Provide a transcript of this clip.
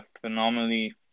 phenomenally